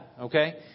Okay